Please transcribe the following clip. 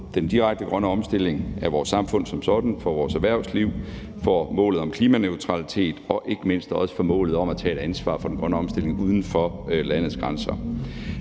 den direkte grønne omstilling af vores samfund som sådan, for vores erhvervsliv og for målet om klimaneutralitet og ikke mindst også for målet om at tage et ansvar for den grønne omstilling uden for landets grænser.